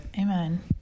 amen